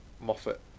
Moffat